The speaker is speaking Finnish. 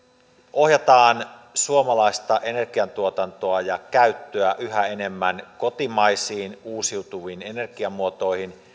ohjataan suomalaista energian tuotantoa ja käyttöä yhä enemmän kotimaisiin uusiutuviin energiamuotoihin